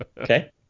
Okay